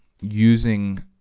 using